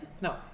No